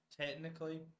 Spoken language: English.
Technically